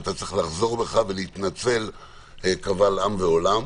אתה צריך לחזור בך ולהתנצל קבל עם ועולם.